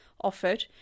offered